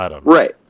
right